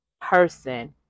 person